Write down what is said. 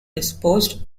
disposed